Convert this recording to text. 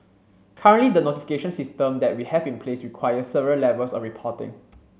currently the notification system that we have in place requires several levels of reporting